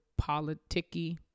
politicky